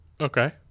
Okay